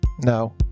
No